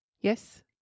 Yes